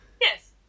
yes